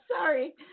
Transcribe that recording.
Sorry